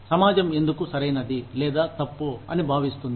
సమాజం ఎందుకు సరైనది లేదా తప్పు అని భావిస్తుంది